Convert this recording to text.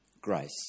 grace